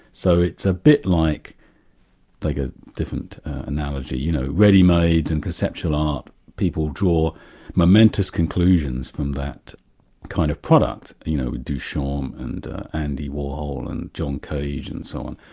so it's a bit like like a different analogy, you know, ready-made and perceptual art people draw momentous conclusions from that kind of product, you know, duchamps um and andy warhol and john cage and so on,